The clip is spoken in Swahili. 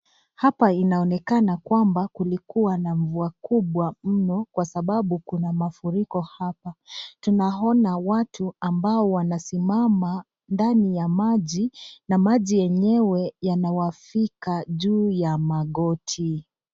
Hapa inaonekana kwamba kulikuwa na mvua kubwa mno, kwa sababu kuna mafuriko hapa, tunaona watu ambao wanasimama ndani ya maji na maji yenyewe yanawafika juu ya magoti.